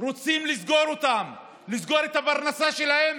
רוצים לסגור אותם, לסגור את הפרנסה שלהם,